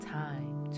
time